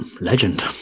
legend